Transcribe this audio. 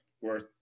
worth